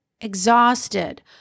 exhausted